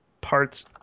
parts